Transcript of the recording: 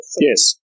Yes